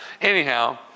Anyhow